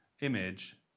image